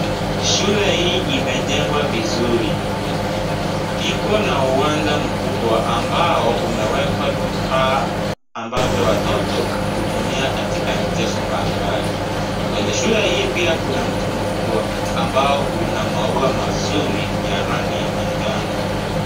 Shule hii imejengwa vizuri, iko na uwanja mkubwa ambao umewekwa vifaa ambavyo watoto hutumia katika michezo mbalimbali, kwenye shule hii pia kuna mti mkubwa ambao una maua mazuri ya rangi ya manjano.